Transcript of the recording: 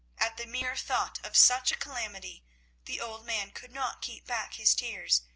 at the mere thought of such a calamity the old man could not keep back his tears,